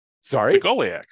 Sorry